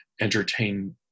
entertain